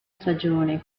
stagione